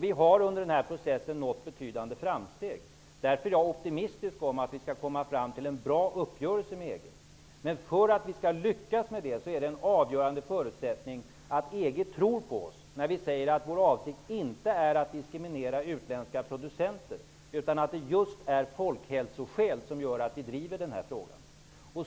Vi har under den processen gjort betydande framsteg. Därför är jag optimistisk om att vi skall komma fram till en bra uppgörelse med EG. Men en avgörande förutsättning för att vi skall lyckas med det är att EG tror på oss när vi säger att vår avsikt inte är att diskriminera utländska producenter, utan att det är just folkhälsoskäl som gör att vi driver den här frågan.